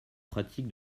pratiques